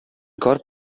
corpo